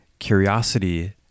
curiosity